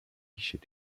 chez